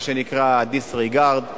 מה שנקרא disregard,